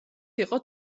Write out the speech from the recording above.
იყო